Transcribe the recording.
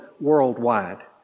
worldwide